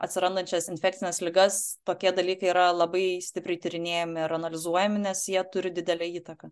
atsirandančias infekcines ligas tokie dalykai yra labai stipriai tyrinėjami ir analizuojami nes jie turi didelę įtaką